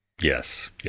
Yes